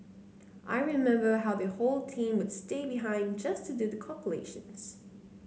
I remember how the whole team would stay behind just to do the calculations